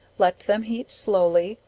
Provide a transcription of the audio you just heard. let them heat slowly,